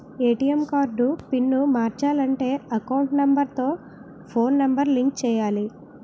ATM card pin మార్చాలంటే account number తో phone number link చేయాలి